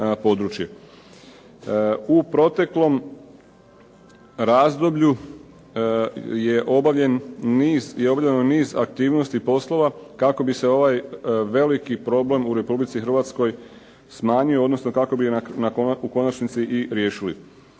U proteklom razdoblju je obavljen niz i obavljeno niz aktivnosti poslova kako bi se ovaj veliki problem u Republici Hrvatskoj smanjio, odnosno kako bi u konačnici i riješili.